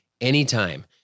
anytime